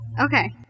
Okay